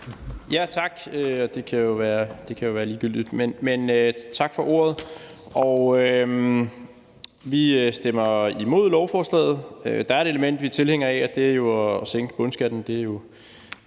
Tak, og det kan jo være ligegyldigt, men tak for ordet. Vi stemmer imod lovforslaget. Der er et element, som vi er tilhængere af, og det er jo det, som drejer